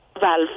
valve